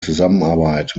zusammenarbeit